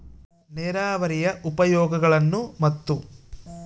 ನೇರಾವರಿಯ ಉಪಯೋಗಗಳನ್ನು ಮತ್ತು?